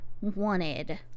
wanted